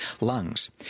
lungs